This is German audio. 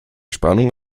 spannung